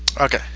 Okay